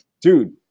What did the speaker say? dude